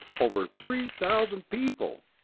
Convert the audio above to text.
over three thousand people!